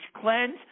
cleanse